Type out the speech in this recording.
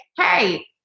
hey